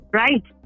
right